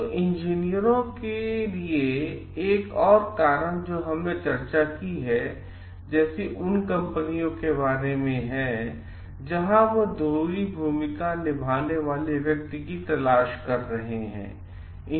तो इंजीनियरों के लिए एक और कारण जो हमने चर्चा की है जैसी उन कंपनियों के बारे में है जहाँ दोहरी भूमिका निभाने वाले व्यक्ति की तलाश की जा रहा है